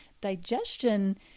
digestion